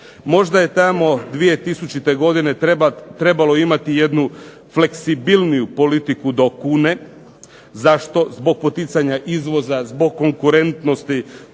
Možda je tamo 2000. godine trebalo imati jednu fleksibilniju politiku do kune, zašto? Zbog poticanja izvoza zbog konkurentnosti